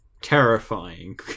terrifying